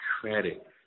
credit